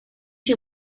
you